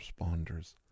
responders